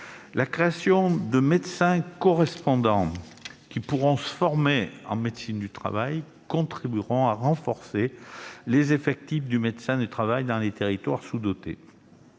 praticiens correspondants, qui pourront se former en médecine du travail, contribuera à renforcer les effectifs de médecins du travail dans les territoires sous-dotés,